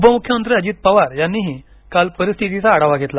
उपमुख्यमंत्री अजित पवार यांनीही काल परिस्थितीचा आढावा घेतला